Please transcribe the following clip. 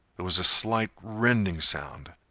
there was a slight rending sound.